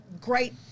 great